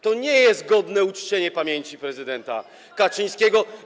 To nie jest godne uczczenie pamięci prezydenta Kaczyńskiego.